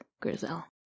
Grizel